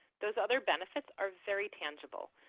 those other benefits are very tangible.